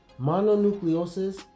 Mononucleosis